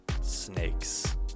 Snakes